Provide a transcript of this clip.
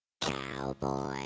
Cowboy